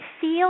feel